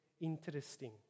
interesting